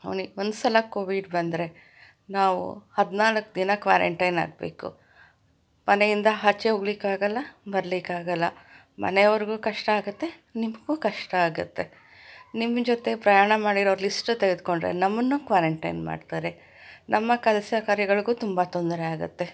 ಒಂದ್ಸಲ ಕೋವಿಡ್ ಬಂದರೆ ನಾವು ಹದಿನಾಲ್ಕು ದಿನ ಕ್ವಾರಂಟೈನ್ ಆಗಬೇಕು ಮನೆಯಿಂದ ಆಚೆ ಹೋಗಲಿಕ್ಕಾಗಲ್ಲ ಬರಲಿಕ್ಕಾಗಲ್ಲ ಮನೆಯವ್ರಿಗೂ ಕಷ್ಟ ಆಗತ್ತೆ ನಿಮಗೂ ಕಷ್ಟ ಆಗತ್ತೆ ನಿಮ್ಮ ಜೊತೆ ಪ್ರಯಾಣ ಮಾಡಿರೋರು ಲಿಸ್ಟ ತೆಗೆದ್ಕೊಂಡ್ರೆ ನಮ್ಮನ್ನು ಕ್ವಾರಂಟೈನ್ ಮಾಡ್ತಾರೆ ನಮ್ಮ ಕೆಲ್ಸ ಕಾರ್ಯಗಳ್ಗೂ ತುಂಬ ತೊಂದರೆಯಾಗತ್ತೆ